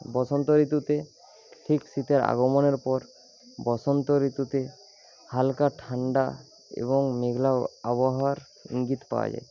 বসন্ত ঋতুতে ঠিক শীতের আগমনের পর বসন্ত ঋতুতে হালকা ঠান্ডা এবং মেঘলা আবহাওয়ার ইঙ্গিত পাওয়া যায়